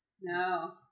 No